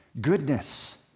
goodness